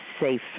safe